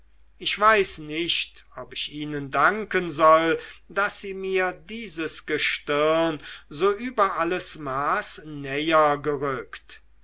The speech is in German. ich weiß nicht ob ich ihnen danken soll daß sie mir dieses gestirn so über alles maß näher gerückt